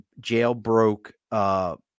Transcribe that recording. jailbroke